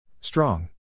Strong